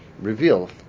reveal